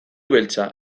beltza